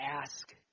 Ask